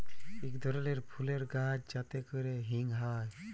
ইক ধরলের ফুলের গাহাচ যাতে ক্যরে হিং হ্যয়